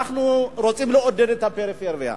אנחנו רוצים לעודד את הפריפריה.